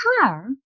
car